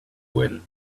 win